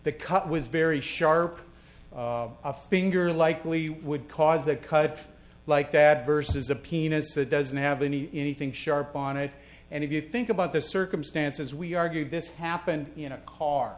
cut was very sharp a finger likely would cause a cut like that versus a penis that doesn't have any anything sharp on it and if you think about the circumstances we argue this happened in a car